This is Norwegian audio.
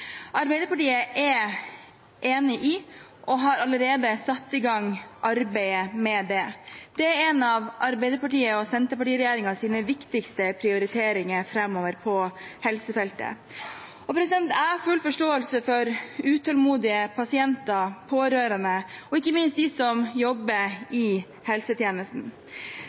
Arbeiderpartiet er enig i og har allerede satt i gang arbeidet med det. Det er en av Arbeiderparti–Senterparti-regjeringens viktigste prioriteringer framover på helsefeltet. Jeg har full forståelse for utålmodige pasienter, pårørende og ikke minst de som jobber i helsetjenesten.